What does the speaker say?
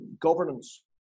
governance